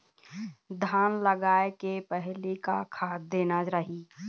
धान लगाय के पहली का खाद देना रही?